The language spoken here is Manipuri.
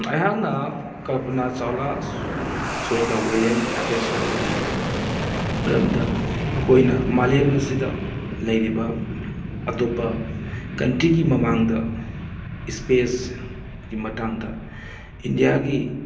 ꯑꯩꯍꯥꯛꯅ ꯀꯜꯄꯥꯅꯥ ꯆꯥꯎꯂꯥ ꯁ꯭ꯋꯦꯇ ꯋꯤꯂꯤꯌꯝ ꯔꯥꯀꯦꯁ ꯁꯔꯃꯒꯤ ꯃꯔꯝꯗ ꯃꯈꯣꯏꯅ ꯃꯥꯂꯦꯝ ꯑꯁꯤꯗ ꯂꯩꯔꯤꯕ ꯑꯇꯣꯞꯄ ꯀꯟꯇ꯭ꯔꯤꯒꯤ ꯃꯃꯥꯡꯗ ꯢꯁꯄꯦꯁꯀꯤ ꯃꯇꯥꯡꯗ ꯏꯟꯗꯤꯌꯥꯒꯤ